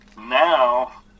now